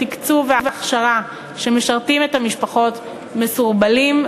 התקצוב וההכשרה שמשרתים את המשפחות מסורבלים,